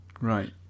Right